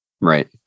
Right